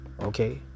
okay